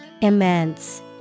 Immense